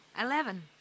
Eleven